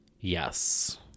Yes